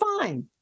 fine